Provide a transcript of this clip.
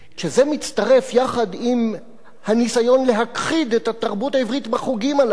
כשזה מצטרף יחד עם הניסיון להכחיד את התרבות העברית בחוגים הללו,